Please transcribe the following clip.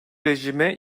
rejime